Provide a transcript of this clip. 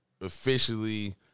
officially